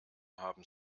haben